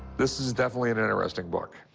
this is definitely an interesting book.